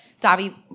Dobby